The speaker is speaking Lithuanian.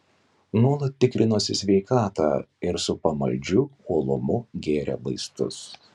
nuolat tikrinosi sveikatą ir su pamaldžiu uolumu gėrė vaistus